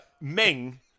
Ming